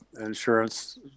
insurance